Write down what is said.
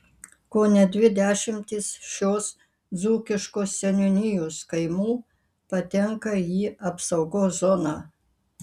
kone dvi dešimtys šios dzūkiškos seniūnijos kaimų patenka į apsaugos zoną